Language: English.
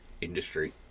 industry